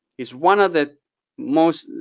he's one of the most.